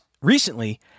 recently